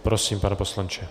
Prosím, pane poslanče.